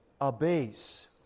abase